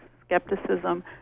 skepticism